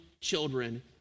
children